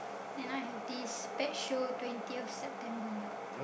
and I have this pet show twentieth September